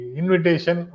invitation